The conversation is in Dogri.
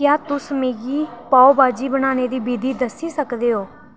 क्या तुस मिगी पाओ भाजी बनाने दी विधि दस्सी सकदे ओ